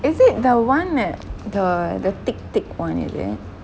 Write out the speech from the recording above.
is it the one that the the thick thick [one] is it